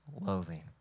loathing